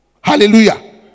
Hallelujah